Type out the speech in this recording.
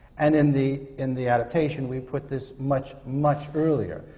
and in the in the adaptation, we put this much, much earlier,